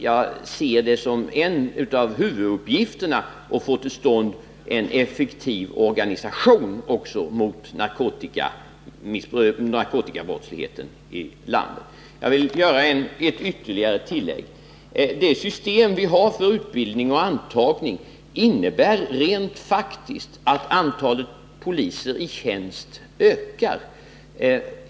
Jag ser det som en av huvuduppgifterna att få till stånd en effektiv organisation mot narkotikabrottsligheten i landet. Jag vill göra ytterligare ett tillägg. Det system vi har för utbildning och antagning innebär rent faktiskt att antalet poliser i tjänst ökar.